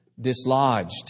dislodged